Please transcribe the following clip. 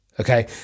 Okay